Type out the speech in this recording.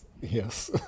Yes